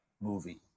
movie